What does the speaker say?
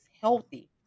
healthy